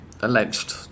alleged